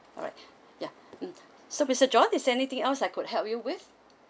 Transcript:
alright ya mm so mister john is anything else I could help you with